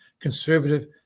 conservative